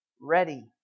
ready